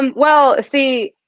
well see,